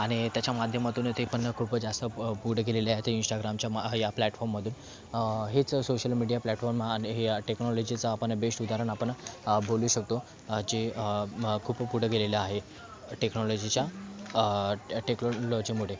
आणि त्याच्या माध्यमातून ते पण खूप जास्त प पुढे गेलेले आहे ते इंस्टाग्रामच्या म ह्या प्लॅटफॉर्ममधून हेच सोशल मीडिया प्लॅटफॉर्म आणि हे टेक्नॉलॉजीचा आपण बेस्ट उदाहरण आपण बोलू शकतो जे खूप पुढे गेलेलं आहे टेक्नॉलॉजीच्या टेक्नॉलॉजीमुळे